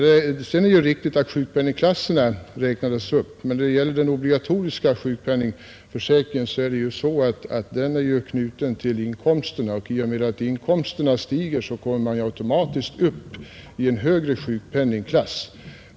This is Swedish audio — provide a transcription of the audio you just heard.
Det är riktigt att sjukpenningklasserna räknades upp. Men den obligatoriska sjukpenningförsäkringen är ju knuten till inkomsterna, och i och med att inkomsterna stiger kommer man automatiskt upp i en högre sjukpenningklass.